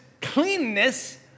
cleanness